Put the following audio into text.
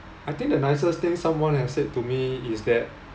I think the nicest thing someone had said to me is that